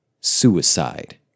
suicide